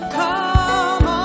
come